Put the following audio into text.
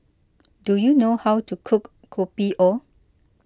do you know how to cook Kopi O